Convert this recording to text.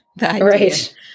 Right